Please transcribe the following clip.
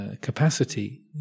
capacity